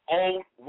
old